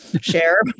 share